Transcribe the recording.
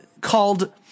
called